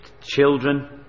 children